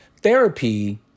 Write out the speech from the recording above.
Therapy